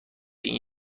این